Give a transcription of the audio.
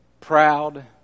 proud